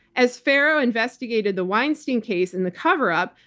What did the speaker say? as farrow investigated the weinstein case and the cover up,